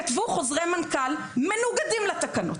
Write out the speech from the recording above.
כתבו חוזרי מנכ"ל מנוגדים לתקנות,